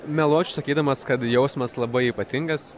meluočiau sakydamas kad jausmas labai ypatingas